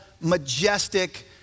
majestic